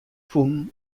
fûn